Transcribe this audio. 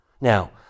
Now